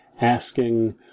asking